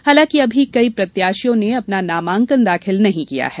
हालांकि अभी कई प्रत्याशियों ने अपना नामांकन दाखिल नहीं किया है